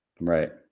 right